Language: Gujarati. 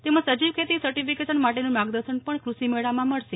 તેમજ સજીવ ખેતી સર્ટિફિકેશન માટેનું માર્ગદર્શન પણ કૂષિમેળામાં મળશે